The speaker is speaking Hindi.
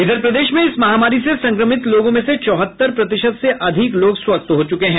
इधर प्रदेश में इस महामारी से संक्रमित लोगों में से चौहत्तर प्रतिशत से अधिक लोग स्वस्थ हो चुके हैं